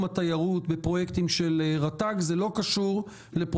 התיירות בפרויקטים של רשות הטבע והגנים?